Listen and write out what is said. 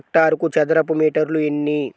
హెక్టారుకు చదరపు మీటర్లు ఎన్ని?